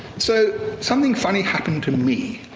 so something funny happened to me.